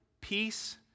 peace